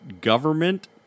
government